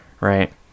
right